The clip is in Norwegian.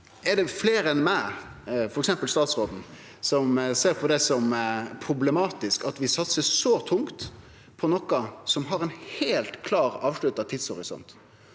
Er det fleire enn meg – f.eks. statsråden – som ser det som problematisk at vi satsar så tungt på noko som har ein heilt klar avslutta tidshorisont,